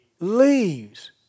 leaves